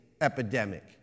epidemic